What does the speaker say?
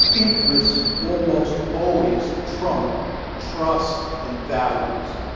interests almost always trump trust and values.